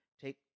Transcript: take